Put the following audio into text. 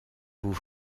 vous